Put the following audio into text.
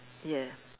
yeah